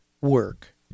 work